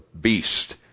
beast